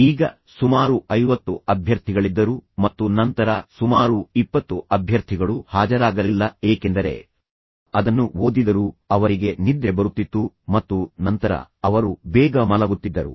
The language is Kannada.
ಈಗ ಸುಮಾರು 50 ಅಭ್ಯರ್ಥಿಗಳಿದ್ದರು ಮತ್ತು ನಂತರ ಸುಮಾರು 20 ಅಭ್ಯರ್ಥಿಗಳು ಹಾಜರಾಗಲಿಲ್ಲ ಏಕೆಂದರೆ ಅದನ್ನು ಓದಿದರೂ ಅವರಿಗೆ ನಿದ್ರೆ ಬರುತ್ತಿತ್ತು ಮತ್ತು ನಂತರ ಅವರು ಬೇಗ ಮಲಗುತ್ತಿದ್ದರು